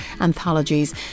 anthologies